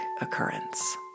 occurrence